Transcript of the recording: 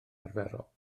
arferol